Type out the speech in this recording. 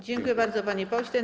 Dziękuję bardzo, panie pośle.